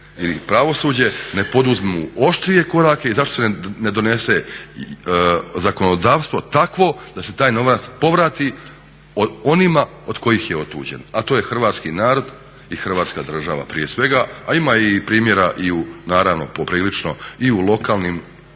ili pravosuđe ne poduzmu oštrije korake i zašto se ne donese zakonodavstvo takvo da se taj novac povrati onima od kojih je otuđen a to je hrvatski narod i hrvatska država prije svega, a ima i primjera i u naravno poprilično i u lokalnim